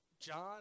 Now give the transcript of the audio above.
John